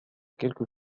quelque